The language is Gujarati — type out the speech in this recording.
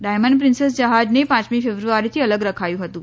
ડાયમન્ડ પ્રિન્સેસ જહાજને પાંચમી ફેબ્રુઆરીથી અલગ રખાયૂં હતું